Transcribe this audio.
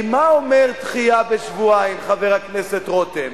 כי מה אומרת דחייה בשבועיים, חבר הכנסת רותם?